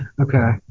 Okay